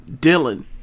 Dylan